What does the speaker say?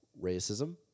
racism